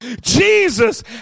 Jesus